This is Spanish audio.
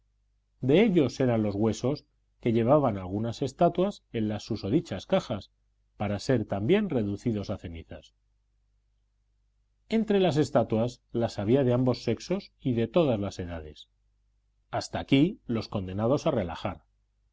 de ellos eran los huesos que llevaban algunas estatuas en las susodichas cajas para ser también reducidos a cenizas entre las estatuas las había de ambos sexos y de todas edades hasta aquí los condenados a relajar